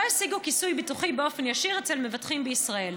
השיגו כיסוי ביטוחי באופן ישיר אצל מבטחים בישראל.